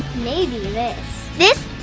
maybe this? this,